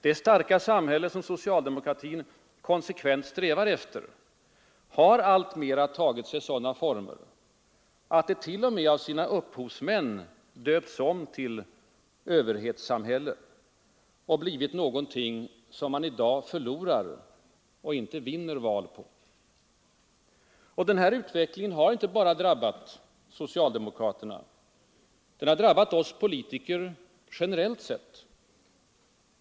Det ”starka samhälle” som socialdemokratin konsekvent strävar efter har alltmer tagit sig sådana former, att det t.o.m. av sina upphovsmän döpts om till ”överhetssam hälle” och blivit någonting som man i dag förlorar och inte vinner val på. Men denna utveckling har drabbat inte bara socialdemokraterna utan även oss politiker generellt sett.